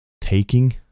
taking